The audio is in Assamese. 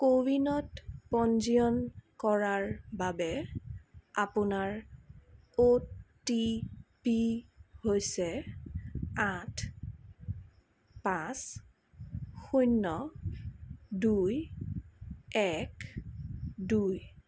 কোৱিনত পঞ্জীয়ন কৰাৰ বাবে আপোনাৰ অ'টিপি হৈছে আঠ পাঁচ শূন্য দুই এক দুই